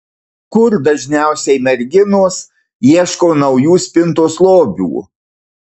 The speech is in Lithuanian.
kur dažniausiai merginos ieško naujų spintos lobių